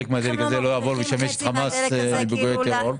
מי דואג שחלק מהדלק הזה לא יעבור וישמש את חמאס לפיגועי טרור?